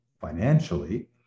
financially